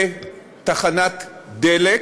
לא מדובר בתחנת דלק